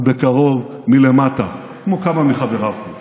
אבל בקרוב מלמטה, כמו כמה מחבריו פה.